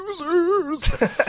losers